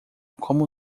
como